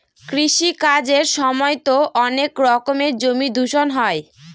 কৃষি কাজের সময়তো অনেক রকমের জমি দূষণ হয়